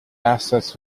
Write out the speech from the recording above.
assets